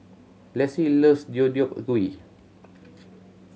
Lacy loves Deodeok Gui